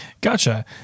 Gotcha